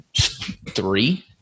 three